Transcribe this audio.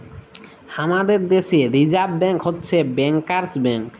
আমাদের দ্যাশে reserve bank হছে ব্যাংকার্স ব্যাংক